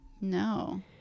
No